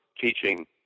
teaching